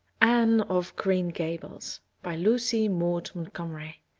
anne of green gables, by lucy maud montgomery